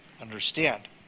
understand